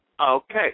Okay